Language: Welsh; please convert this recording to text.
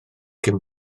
cyn